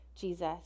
Jesus